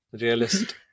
Realist